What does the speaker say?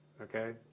okay